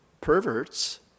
perverts